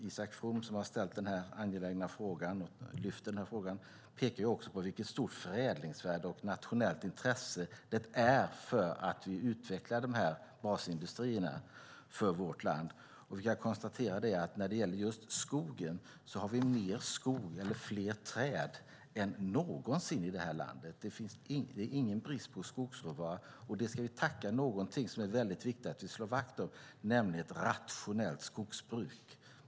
Isak From, som har ställt denna angelägna fråga, pekar också på vilket stort förädlingsvärde detta har och vilket nationellt intresse det finns av att utveckla dessa basindustrier för vårt land. Vi kan konstatera att när det gäller just skogen har vi mer skog eller fler träd nu än någonsin i detta land. Det finns ingen brist på skogsråvara, och för det har vi att tacka någonting som det är viktigt att vi slår vakt om, nämligen ett rationellt skogsbruk.